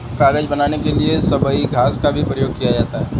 कागज बनाने के लिए सबई घास का भी प्रयोग किया जाता है